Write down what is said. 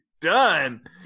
done